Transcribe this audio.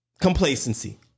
Complacency